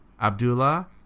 Abdullah